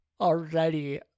Already